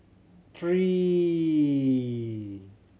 three